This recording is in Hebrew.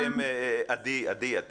עדי.